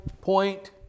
point